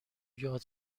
یاد